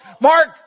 Mark